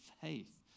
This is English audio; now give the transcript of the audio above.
faith